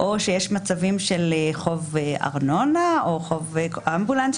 או שיש מצבים של חוב ארנונה או חוב אמבולנס.